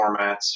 formats